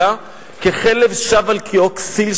אלא ככלב השב אל קיאו,